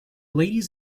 ladies